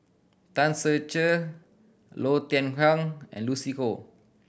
Tan Ser Cher Low Thia Khiang and Lucy Koh